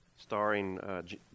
Starring